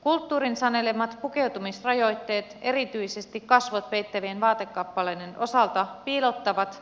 kulttuurin sanelemat pukeutumisrajoitteet erityisesti kasvot peittävien vaatekappaleiden osalta paitsi piilottavat